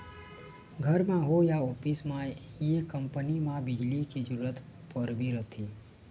घर म होए या ऑफिस म ये कंपनी म बिजली के जरूरत परबे करथे